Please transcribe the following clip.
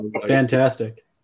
fantastic